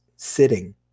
Sitting